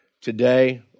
Today